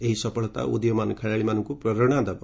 ଏହି ସଫଳତା ଉଦୀୟମାନ ଖେଳାଳିମାନଙ୍କୁ ପ୍ରେରଣା ଦେବ